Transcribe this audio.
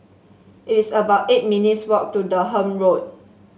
it is about eight minutes' walk to Durham Road